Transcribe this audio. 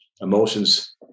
emotions